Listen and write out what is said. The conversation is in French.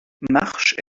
marche